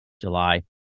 July